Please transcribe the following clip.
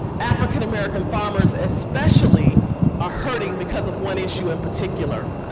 african-american farmers especially are hurting because of one issue in particular.